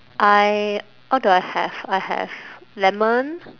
I what do I have I have lemon